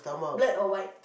black or white